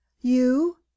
You